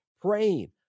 praying